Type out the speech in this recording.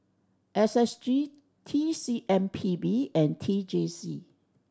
S S G T C M P B and T J C